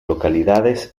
localidades